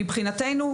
מבחינתנו,